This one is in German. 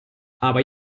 aber